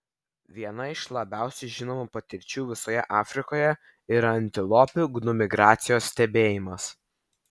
viena iš labiausiai žinomų patirčių visoje afrikoje yra antilopių gnu migracijos stebėjimas